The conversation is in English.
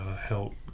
help